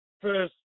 first